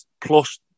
plus